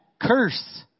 curse